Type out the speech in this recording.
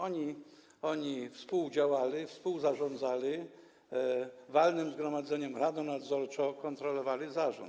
Oni współdziałali, współzarządzali walnym zgromadzeniem, radą nadzorczą, kontrolowali zarząd.